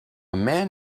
man